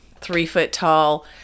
three-foot-tall